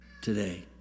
today